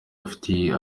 afitiye